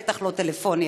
בטח לא טלפוניה.